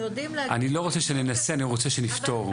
אני לא רוצה שננסה, אני רוצה שנפתור.